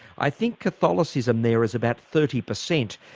i think catholicism there is about thirty per cent.